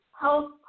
health